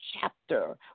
chapter